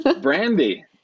Brandy